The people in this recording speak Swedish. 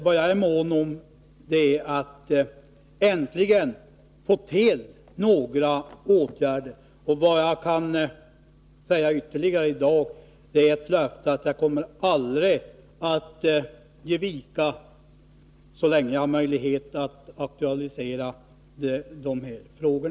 Vad jag är mån om är att äntligen få till stånd några åtgärder. Det jagi dag kan säga ytterligare innebär ett löfte: jag kommer aldrig att ge vika så länge jag har möjlighet att aktualisera dessa frågor.